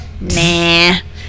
Nah